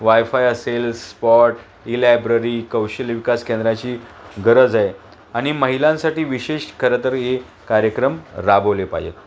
wifi असेल spot e library कौशल्य विकास केंद्राची गरज आहे आणि महिलांसाठी विशेष खरंतर हे कार्यक्रम राबवले पाहिजेत